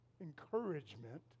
encouragement